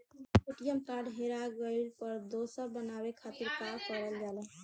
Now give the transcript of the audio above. ATM card हेरा गइल पर दोसर बनवावे खातिर का करल जाला?